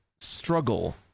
struggle